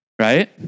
right